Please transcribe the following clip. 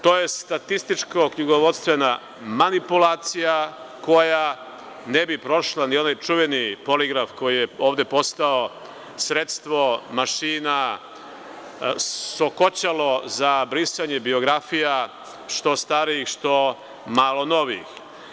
To je statističko-knjigovodstvena manipulacija, koja ne bi prošla ni onaj čuveni poligraf koji je ovde postao sredstvo, mašina, sokoćalo za brisanje biografija što starijih što malo novijih.